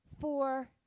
four